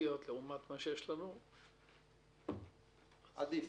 עדיף